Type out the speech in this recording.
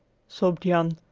sobbed jan.